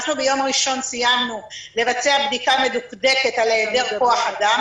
אנחנו ביום ראשון סיימנו לבצע בדיקה מדוקדקת על היעדר כוח אדם,